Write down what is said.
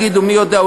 ויגידו: מי יודע,